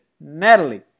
Natalie